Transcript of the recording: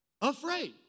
afraid